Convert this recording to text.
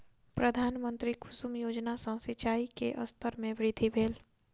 प्रधानमंत्री कुसुम योजना सॅ सिचाई के स्तर में वृद्धि भेल